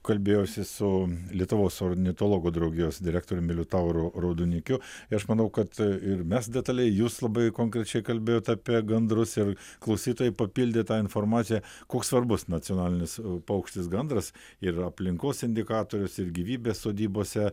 kalbėjausi su lietuvos ornitologų draugijos direktoriumi liutauru raudonikiu ir aš manau kad ir mes detaliai jūs labai konkrečiai kalbėjot apie gandrus ir klausytojai papildė tą informaciją koks svarbus nacionalinis paukštis gandras ir aplinkos indikatorius ir gyvybės sodybose